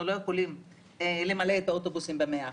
לא יכולים למלא את האוטובוסים ב-100%,